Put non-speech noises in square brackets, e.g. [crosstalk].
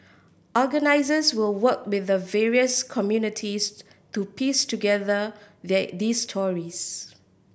organisers will work with the various communities [unintelligible] to piece together they these stories